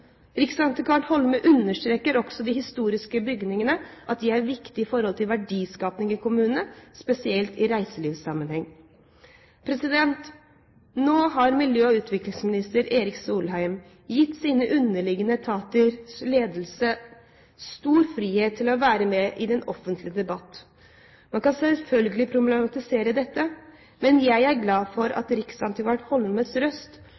Holme understreker også at de historiske bygningene er viktige med tanke på verdiskaping i kommunene, spesielt i reiselivssammenheng. Nå har miljø- og utviklingsminister Erik Solheim gitt sine underliggende etaters ledelse stor frihet til å være med i den offentlige debatt. Man kan selvfølgelig problematisere dette, men jeg er glad for at riksantikvar Holmes røst